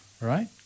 Right